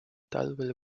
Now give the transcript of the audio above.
talvel